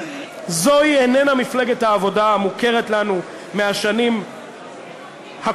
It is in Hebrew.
זוהי איננה מפלגת העבודה המוכרת לנו מהשנים הקודמות,